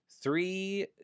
three